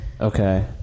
Okay